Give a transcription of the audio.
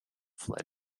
fled